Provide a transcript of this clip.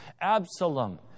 Absalom